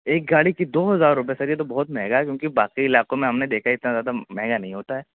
ایک گاڑی کی دو ہزار روپئے سر یہ تو بہت مہنگا ہے کیونکہ باقی علاقوں میں ہم نے دیکھا ہے اتنا زیادہ مہنگا نہیں ہوتا ہے